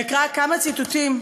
אקרא כמה ציטוטים.